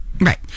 Right